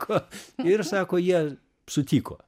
ką ir sako jie sutiko